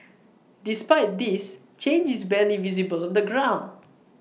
despite this change is barely visible on the ground